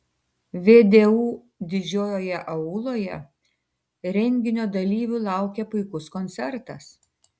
vdu didžiojoje auloje renginio dalyvių laukė puikus koncertas